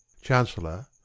Chancellor